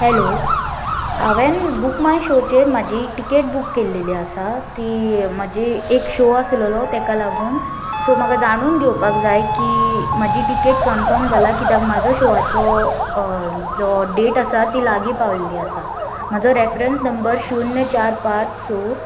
hello हांवें book my शोचेर म्हाजी टिकेट बूक केल्लेली आसा ती म्हाजी एक शो आसललो ताका लागून सो म्हाका जाणून घेवपाक जाय की म्हाजी टिकेट कन्फर्म जाला कित्याक म्हाजो शोवाचो जो डेट आसा ती लागी पावलेली आसा म्हाजो रेफ्रंस नंबर शुन्य चार पांच स